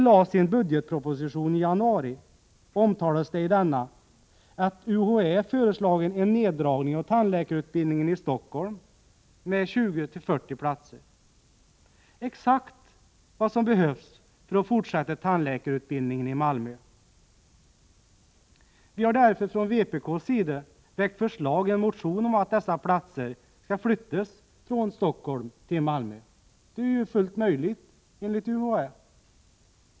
I den budgetproposition som regeringen lade fram i januari omtalades att UHÄ hade föreslagit en neddragning av tandläkarutbildningen i Stockholm med 2040 platser. Det är exakt vad som behövs för att fortsätta tandläkarutbildningen i Malmö. Från vpk:s sida har vi därför i en motion väckt förslag om att dessa platser skall flyttas från Stockholm till Malmö, vilket är fullt möjligt enligt UHÄ.